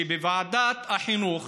שבוועדת החינוך,